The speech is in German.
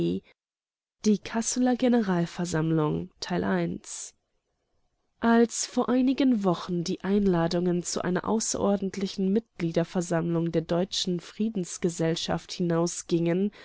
die kasseler generalversammlung als vor einigen wochen die einladungen zu einer außerordentlichen mitgliederversammlung der deutschen friedensgesellschaft